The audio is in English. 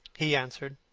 he answered.